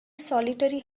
solitary